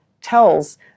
tells